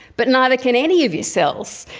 but neither can any of your cells.